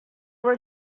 were